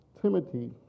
Timothy